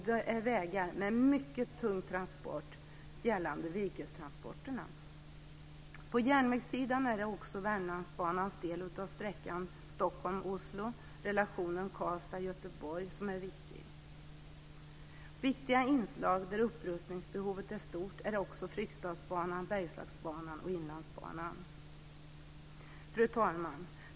Det är vägar med mycket tung transport, bl.a. virkestransporter. Göteborg viktig. Viktiga inslag, där upprustningsbehovet är stort, är också Fryksdalsbanan, Bergslagsbanan och Inlandsbanan. Fru talman!